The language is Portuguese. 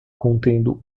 contendo